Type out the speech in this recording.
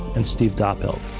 and steve doppelt.